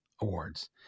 Awards